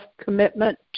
commitment